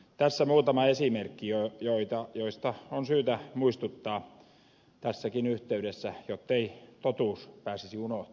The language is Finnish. tässä muutama esimerkki joista on syytä muistuttaa tässäkin yhteydessä jottei totuus pääsisi unohtumaan